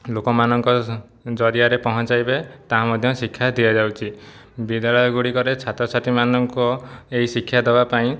ଲୋକମାନଙ୍କ ଜରିଆରେ ପହଞ୍ଚାଇବେ ତାହା ମଧ୍ୟ ଶିକ୍ଷା ଦିଆଯାଉଛି ବିଦ୍ୟାଳୟ ଗୁଡ଼ିକରେ ଛାତ୍ରଛାତ୍ରୀ ମାନଙ୍କୋ ଏହି ଶିକ୍ଷା ଦେବା ପାଇଁ